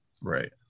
Right